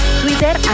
twitter